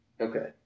Okay